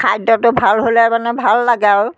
খাদ্যটো ভাল হ'লে মানে ভাল লাগে আৰু